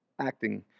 acting